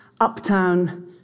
uptown